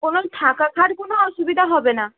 কোনও থাকা খাওয়ার কোনও অসুবিধা হবে না